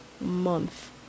month